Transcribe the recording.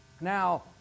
Now